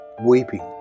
weeping